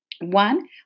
One